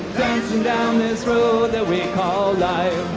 and down this road that we call life.